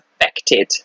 affected